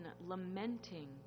lamenting